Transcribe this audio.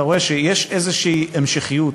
אתה רואה שיש איזושהי המשכיות,